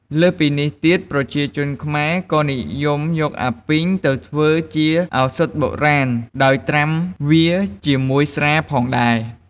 លើសពីនេះទៀត ប្រជាជនខ្មែរក៏និយមយកអាពីងទៅធ្វើជាឧសថបុរាណ ដោយត្រាំវាជាមួយស្រាផងដែរ។